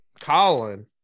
Colin